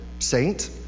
Saint